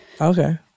okay